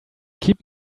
keep